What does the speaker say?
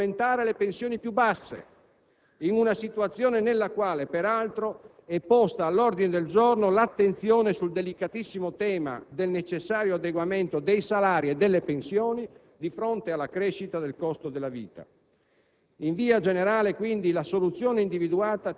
Si attua poi un consistente intervento volto ad aumentare le pensioni più basse, in una situazione nella quale, per altro, è posta all'ordine del giorno l'attenzione sul delicatissimo tema del necessario adeguamento dei salari e delle pensioni di fronte alla crescita del costo della vita.